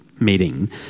meeting